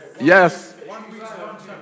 Yes